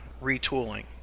retooling